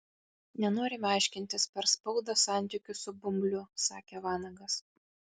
nenorime aiškintis per spaudą santykių su bumbliu sakė vanagas